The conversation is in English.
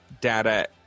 data